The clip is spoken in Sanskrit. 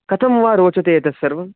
कथं वा रोचते एतत्सर्वम्